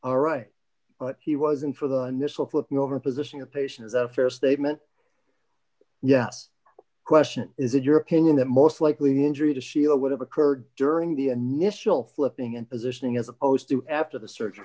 are right he was in for the initial flipping over position of patients a fair statement yes question is it your opinion that most likely the injury to shield would have occurred during the initial flipping and positioning as opposed to after the surgery